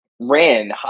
ran